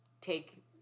take